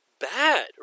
bad